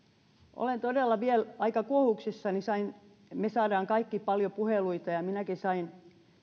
olen todella vielä aika kuohuksissani me saamme kaikki paljon puheluita ja minäkin sain